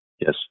Yes